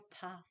path